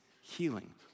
healing